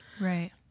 Right